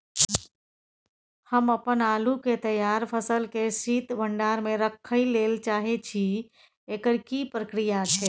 हम अपन आलू के तैयार फसल के शीत भंडार में रखै लेल चाहे छी, एकर की प्रक्रिया छै?